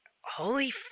holy